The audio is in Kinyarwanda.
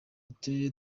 uturere